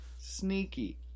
sneaky